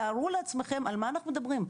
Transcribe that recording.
תארו לעצמכם על מה אנחנו מדברים,